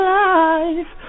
life